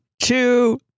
two